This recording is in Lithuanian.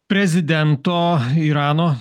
prezidento irano